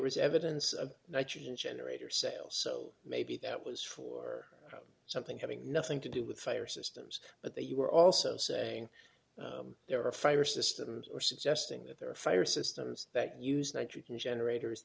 was evidence of nitrogen generator sales so maybe that was for something having nothing to do with fire systems but that you were also saying there are fire systems or suggesting that there are fire systems that use nitrogen generators